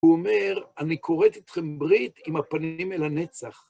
הוא אומר, אני כורת איתכם ברית עם הפנים אל הנצח.